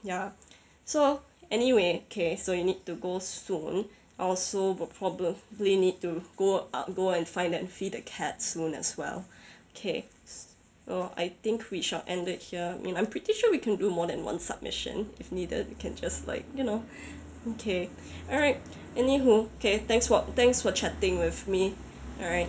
ya so anyway okay so you need to go soon also we'll probably need to go out go and find that and feed the cats soon as well okay oh I think we can end it here in I'm pretty sure we can do more than one submission if needed you can just like you know okay alright any who care thanks for thanks for chatting with me alright